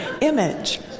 image